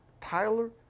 Tyler